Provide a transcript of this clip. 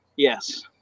Yes